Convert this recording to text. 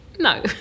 No